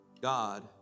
God